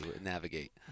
navigate